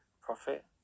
profit